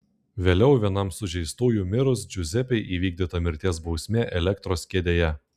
vėliau vienam sužeistųjų mirus džiuzepei įvykdyta mirties bausmė elektros kėdėje